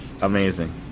amazing